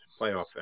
playoff